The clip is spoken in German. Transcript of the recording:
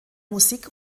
musik